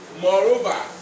Moreover